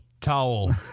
towel